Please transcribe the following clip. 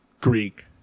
Greek